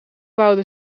bouwde